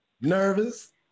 Nervous